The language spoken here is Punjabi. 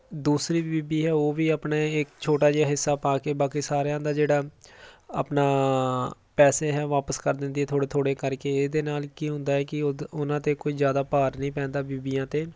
ਦੂਸਰੀ ਬੀਬੀ ਹੈ ਉਹ ਵੀ ਆਪਣਾ ਇੱਕ ਛੋਟਾ ਜਿਹਾ ਹਿੱਸਾ ਪਾ ਕੇ ਬਾਕੀ ਸਾਰਿਆਂ ਦਾ ਜਿਹੜਾ ਆਪਣਾ ਪੈਸੇ ਹੈ ਵਾਪਸ ਕਰ ਦਿੰਦੀ ਹੈ ਥੋੜ੍ਹੇ ਥੋੜ੍ਹੇ ਕਰਕੇ ਇਹਦੇ ਨਾਲ ਕੀ ਹੁੰਦਾ ਕਿ ਉਹਦੇ ਉਹਨਾਂ 'ਤੇ ਕੋਈ ਜ਼ਿਆਦਾ ਭਾਰ ਨਹੀਂ ਪੈਂਦਾ ਬੀਬੀਆਂ 'ਤੇ